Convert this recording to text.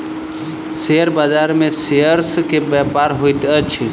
share बाजार में shares के व्यापार होइत अछि